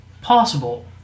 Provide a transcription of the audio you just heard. possible